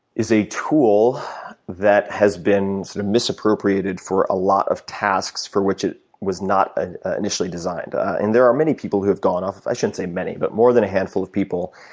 a tool that has been sort of misappropriated for a lot of tasks for which it was not ah initially designed. and there are many people who have gone off, i shouldn't say many but more than a handful of people.